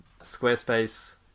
Squarespace